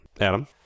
Adam